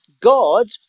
God